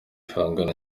bihangano